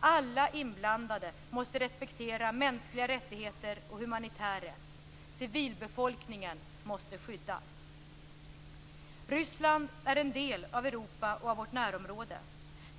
Alla inblandade måste respektera mänskliga rättigheter och humanitär rätt. Civilbefolkningen måste skyddas. Ryssland är en del av Europa och av vårt närområde.